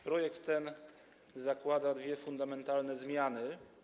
Projekt ten zakłada dwie fundamentalne zmiany.